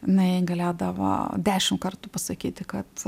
na jin galėdavo dešimt kartų pasakyti kad